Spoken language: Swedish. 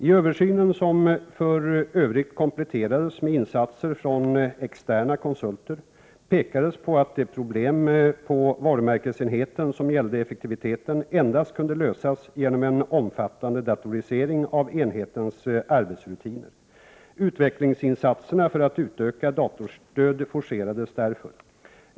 I översynen, som för övrigt kompletterades med insatser från externa konsulter, pekades på att de problem på varumärkesenheten som gällde Prot. 1988/89:94 effektiviteten endast kunde lösas genom en omfattande datorisering av 11 april 1989 enhetens arbetsrutiner. Utvecklingsinsatserna för ett utökat datorstöd forcerades därför.